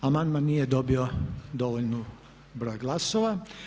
Amandman nije dobio dovoljan broj glasova.